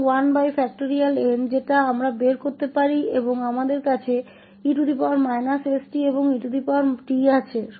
कि हम निकाल सकते हैं और फिर हमारे पास e st और et है